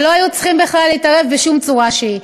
ולא היו צריכים בכלל להתערב בשום צורה שהיא.